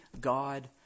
God